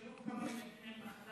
נשארו כמה ילדים עם מחלת